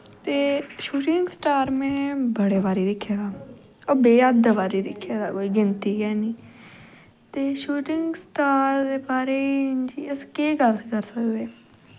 ते shooting star में बड़े बारी दिक्खे दा ओह् बेहद्द बारी दिक्खे दे कोई गिनती गै नेई शूटिंग स्टार दे बारे च अक केह् गल्ल करी सकदे